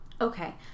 Okay